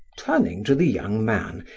turning to the young man,